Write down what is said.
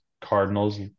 cardinals